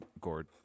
gourd